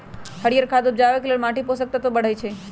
हरियर खाद उपजाके लेल माटीके पोषक तत्व बढ़बइ छइ